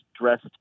dressed